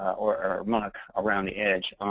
or muck around the edge.